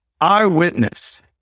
Eyewitness